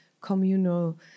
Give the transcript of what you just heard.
communal